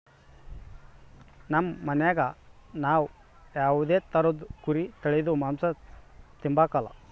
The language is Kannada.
ನಮ್ ಮನ್ಯಾಗ ನಾವ್ ಯಾವ್ದೇ ತರುದ್ ಕುರಿ ತಳೀದು ಮಾಂಸ ತಿಂಬಕಲ